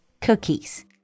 cookies